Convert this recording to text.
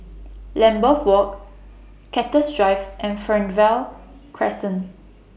Lambeth Walk Cactus Drive and Fernvale Crescent